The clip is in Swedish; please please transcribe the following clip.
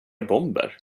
bomber